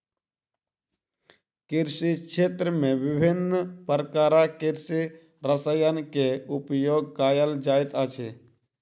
कृषि क्षेत्र में विभिन्न प्रकारक कृषि रसायन के उपयोग कयल जाइत अछि